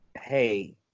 hey